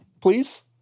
please